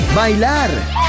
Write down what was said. Bailar